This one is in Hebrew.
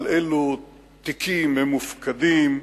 על אילו תיקים הם מופקדים,